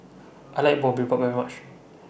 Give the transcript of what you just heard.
I like Boribap very much